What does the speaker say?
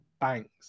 Banks